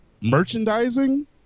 merchandising